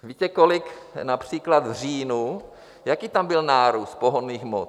Víte, kolik například v říjnu, jaký tam byl nárůst pohonných hmot?